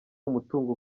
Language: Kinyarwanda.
umutungo